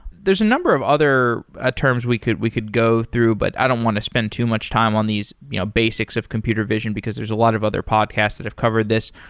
there's a number of other terms we could we could go through, but i don't want to spend too much time on these you know basics of computer vision because there's a lot of other podcasts that have covered this.